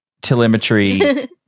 telemetry